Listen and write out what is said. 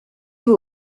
vaut